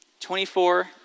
24